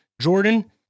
Jordan